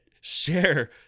share